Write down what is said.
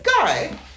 guy